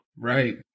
Right